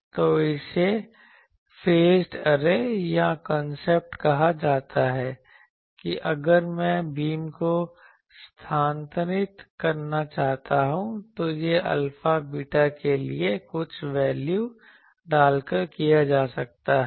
तो इसे phased array का कांसेप्ट कहा जाता है कि अगर मैं बीम को स्थानांतरित करना चाहता हूं तो यह अल्फा बीटा के लिए कुछ वैल्यू डालकर किया जा सकता है